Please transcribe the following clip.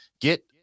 Get